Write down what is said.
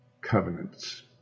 covenants